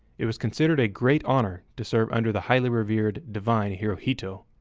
it was considered a great honor to serve under the highly-revered divine hirohito,